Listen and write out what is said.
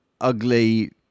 ugly